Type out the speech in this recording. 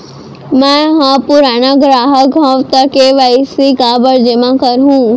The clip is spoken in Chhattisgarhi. मैं ह पुराना ग्राहक हव त के.वाई.सी काबर जेमा करहुं?